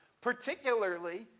particularly